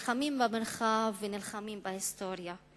נלחמים במרחב ונלחמים בהיסטוריה.